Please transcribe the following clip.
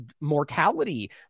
mortality